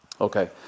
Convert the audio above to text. Okay